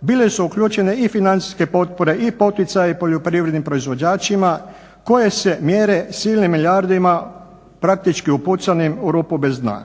bili su uključene i financijske potpore i poticaji poljoprivrednim proizvođačima koje se mjere silnim milijardama praktički upucanim u rupu bez dna.